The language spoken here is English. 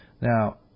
Now